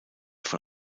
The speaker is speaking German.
von